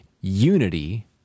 Unity